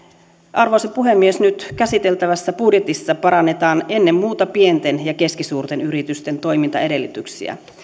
arvoisa puhemies nyt käsiteltävässä budjetissa parannetaan ennen muuta pienten ja keskisuurten yritysten toimintaedellytyksiä